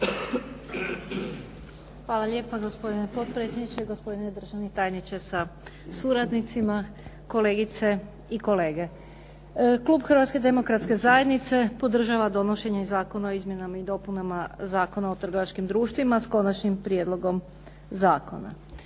Hvala lijepa gospodine potpredsjedniče, gospodine državni tajniče sa suradnicima, kolegice i kolege. Klub Hrvatske demokratske zajednice podržava donošenje Zakona o izmjenama i dopunama Zakona o trgovačkim društvima s Konačnim prijedlogom zakona.